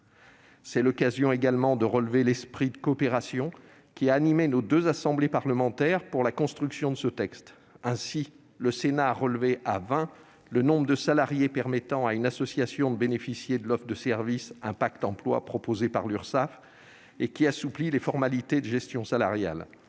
C'est l'occasion également de relever l'esprit de coopération qui a animé nos deux assemblées parlementaires pour la construction de ce texte. Ainsi, le Sénat a relevé à vingt le nombre de salariés permettant à une association de bénéficier de l'offre de service « impact emploi » de l'Urssaf, qui assouplit les formalités de gestion salariale.